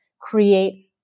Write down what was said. create